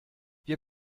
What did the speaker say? wir